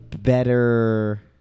better